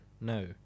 no